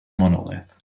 monolith